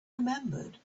remembered